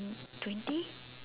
twenty